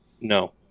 No